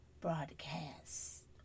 broadcast